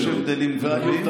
באמת --- יש הבדלים גדולים.